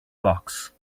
box